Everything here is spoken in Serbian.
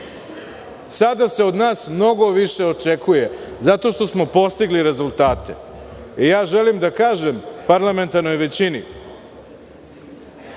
Sada se od nas mnogo više očekuje, zato što smo postigli rezultate. Želim da kažem parlamentarnoj većini.